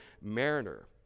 mariner